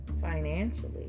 financially